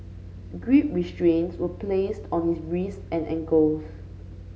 grip restraints were placed on his wrists and ankles